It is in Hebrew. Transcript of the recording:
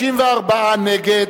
54 נגד,